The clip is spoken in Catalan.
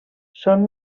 són